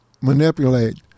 manipulate